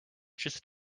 just